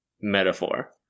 metaphor